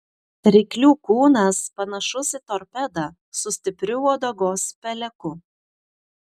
ryklių kūnas panašus į torpedą su stipriu uodegos peleku